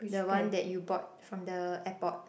the one that you bought from the airport